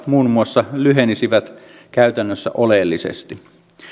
lyhenisivät käytännössä oleellisesti